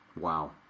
Wow